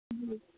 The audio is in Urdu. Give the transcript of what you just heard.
جی